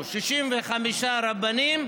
65 רבנים,